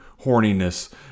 horniness